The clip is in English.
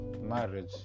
marriage